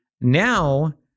now